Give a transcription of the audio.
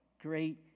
Great